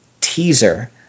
teaser